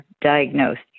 diagnosed